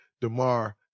DeMar